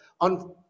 on